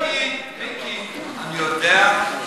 מיקי, מיקי, אני יודע.